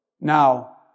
Now